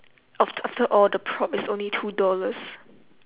aft~ after all the prop is only two dollars